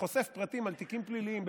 וחושף פרטים על תיקים פליליים,